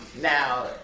Now